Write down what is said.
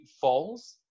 falls